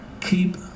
keep